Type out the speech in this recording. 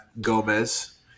Gomez